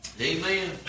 Amen